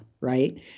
right